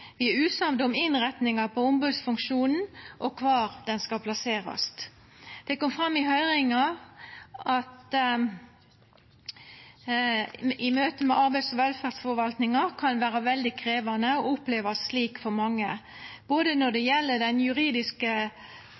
innretninga på ombodsfunksjonen og kvar han skal plasserast. Det kom fram i høyringa at møte med arbeids- og velferdsforvaltinga kan vera veldig krevjande og opplevast slik av mange, når det gjeld både den juridiske